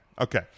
Okay